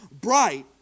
bright